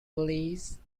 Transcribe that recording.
please